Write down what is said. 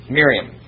Miriam